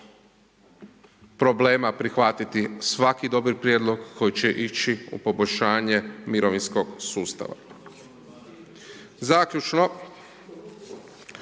problema prihvatiti svaki dobri prijedlog koji će ići u poboljšanje mirovinskog sustava. Zaključno,